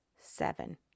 seven